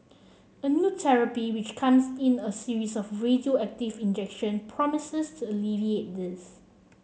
a new therapy which comes in a series of radioactive injection promises to alleviate this